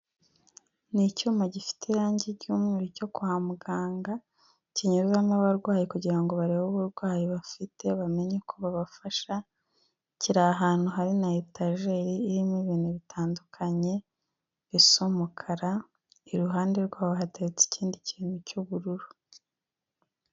Ni icyuma gifite irangi ry'umweru cyo kwa muganga, kinyuzwamo abarwayi kugira ngo barebe uburwayi bafite bamenye uko babafasha, kiri ahantu hari na etajeri irimo ibintu bitandukanye bisa umukara, iruhande rwabo hateretse ikindi kintu cy'ubururu.